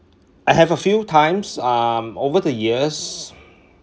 I have a few times um over the years